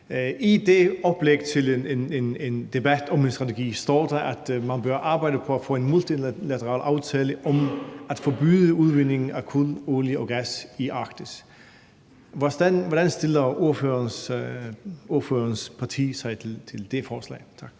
i det oplæg til en debat om en strategi står der, at man bør arbejde på at få en multilateral aftale om at forbyde udvindingen af kul, olie og gas i Arktis. Hvordan stiller ordførerens parti sig til det forslag?